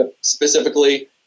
specifically